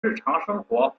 日常生活